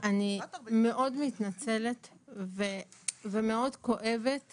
אני מאוד מתנצלת ומאוד כואבת